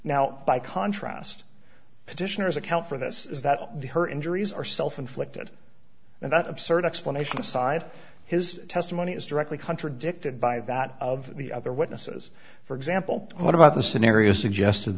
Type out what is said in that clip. now by contrast petitioner's account for this is that the her injuries are self inflicted and that absurd explanation aside his testimony is directly contradicted by that of the other witnesses for example what about the scenario suggested